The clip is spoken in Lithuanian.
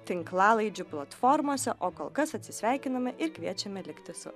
tinklalaidžių platformose o kol kas atsisveikiname ir kviečiame likti su